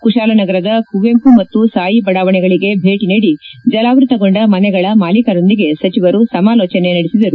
ಕುಶಾಲನಗರದ ಕುವೆಂಪು ಮತ್ತು ಸಾಯಿ ಬಡಾವಣೆಗಳಿಗೆ ಭೇಟಿ ನೀಡಿ ಜಲಾವೃತಗೊಂಡ ಮನೆಗಳ ಮಾಲೀಕರೊಂದಿಗೆ ಸಚಿವರು ಸಮಾಲೋಚನೆ ನಡೆಸಿದರು